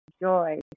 joy